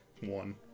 one